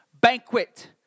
banquet